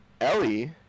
Ellie